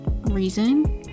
reason